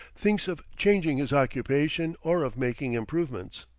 thinks of changing his occupation or of making improvements.